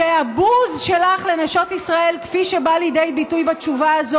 שהבוז שלך לנשות ישראל כפי שהוא בא לידי ביטוי בתשובה הזאת,